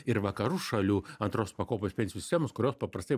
ir vakarų šalių antros pakopos pensijų sistemos kurios paprastai